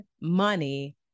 money